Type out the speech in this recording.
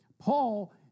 Paul